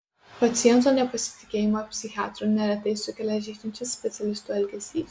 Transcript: paciento nepasitikėjimą psichiatru neretai sukelia žeidžiantis specialistų elgesys